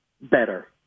better